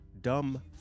Dumb